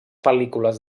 pel·lícules